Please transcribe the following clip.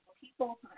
people